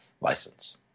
license